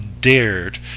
dared